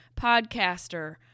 podcaster